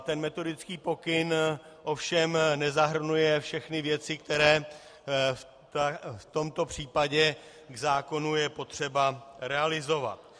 Ten metodický pokyn ovšem nezahrnuje všechny věci, které v tomto případě k zákonu je potřeba realizovat.